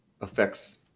affects